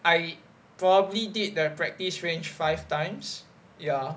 I probably did the practice range five times ya